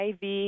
IV